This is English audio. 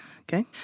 Okay